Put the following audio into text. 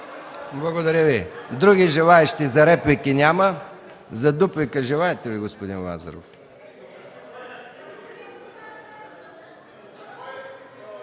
Благодаря Ви. Други желаещи за реплики? Няма. Дуплика желаете ли, господин Лазаров?